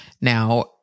Now